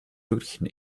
glücklichen